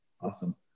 awesome